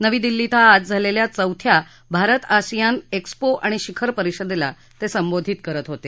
नवी दिल्ली श्वे आज झालेल्या चौथ्या भारत अशियान एक्स्पो आणि शिखर परिषदेला ते संबोधित करत होते